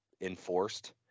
enforced